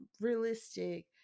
realistic